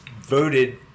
voted